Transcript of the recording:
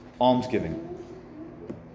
almsgiving